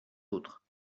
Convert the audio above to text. autres